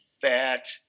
fat